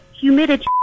humidity